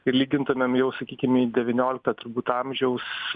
ir lygintumėm jau sakykim devyniolikto turbūt amžiaus